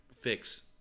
fix